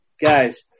guys